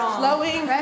flowing